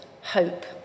hope